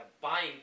buying